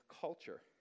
culture